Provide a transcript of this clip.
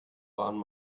waren